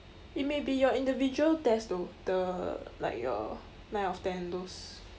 it may be your individual test though the like your nine out of ten those